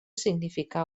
significar